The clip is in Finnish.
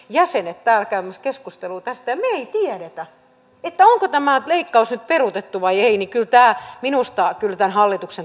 ja sen että äkämyskeskustelu tästä lienee että pitää koko tämän likaisen peruutettu vai ei mikä vetää minusta yhtään hallituksen